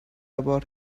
about